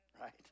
right